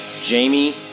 Jamie